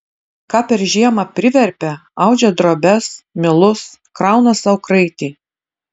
ką per žiemą priverpia audžia drobes milus krauna sau kraitį